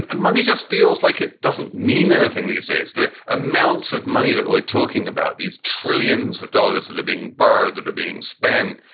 and money just feels like it doesn't mean anything these days. the amounts of money money that we're talking about, these trillions of dollars that are being borrowed, that are being spent.